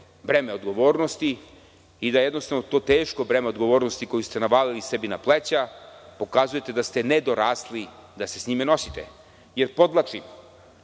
breme odgovornosti i da jednostavno to teško breme odgovornosti, koje ste navalili sebi na pleća, pokazujete da ste nedorasli da se sa njime nosite. Podvlačim,